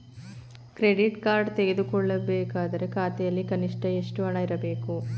Credit card ತೆಗೆದುಕೊಳ್ಳಬೇಕಾದರೆ ಖಾತೆಯಲ್ಲಿ ಕನಿಷ್ಠ ಎಷ್ಟು ಹಣ ಇರಬೇಕು?